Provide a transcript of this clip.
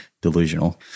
delusional